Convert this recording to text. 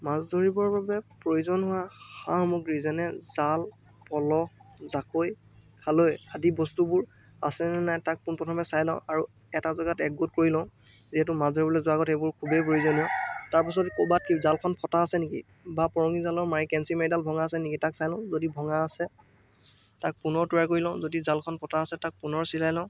মাছ ধৰিবৰ বাবে প্ৰয়োজন হোৱা সা সামগ্ৰী যেনে জাল পলহ জাকৈ খালৈ আদি বস্তুবোৰ আছেনে নাই তাক পোন প্ৰথমে চাই লওঁ আৰু এটা জেগাত একগোট কৰি লওঁ যিহেতু মাছ ধৰিবলৈ যোৱাৰ আগত এইবোৰ খুবেই প্ৰয়োজনীয় তাৰ পিছত ক'বাত জালখন ফটা আছে নিকি বা পুৰণি জালৰ মাৰি কেঞ্চি মাৰিডাল ভঙা আছে নিকি তাক চাই লওঁ যদি ভঙা আছে তাক পুনৰ তৈয়াৰ কৰি লওঁ যদি জালখন ফটা আছে তাক পুনৰ চিলাই লওঁ